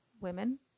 Women